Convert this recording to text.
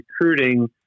recruiting